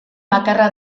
bakarra